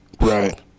right